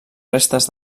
restes